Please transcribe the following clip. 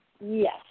Yes